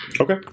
Okay